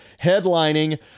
headlining